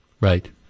Right